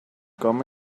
come